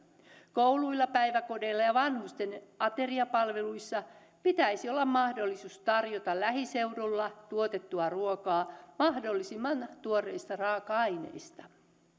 kouluissa päiväkodeissa ja vanhusten ateriapalveluissa pitäisi olla mahdollisuus tarjota lähiseudulla tuotettua ruokaa mahdollisimman tuoreista raaka aineista